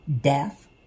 death